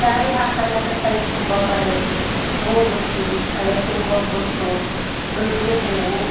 ಸ್ಯಾರಿ ಹಾಕೊಂಡಾಗ ಕೈ ತುಂಬ ಬಳೆ ಮೂಗುತ್ತಿ ಹಣೆ ತುಂಬ ಬೊಟ್ಟು ಮಲ್ಗೆ ಹೂವು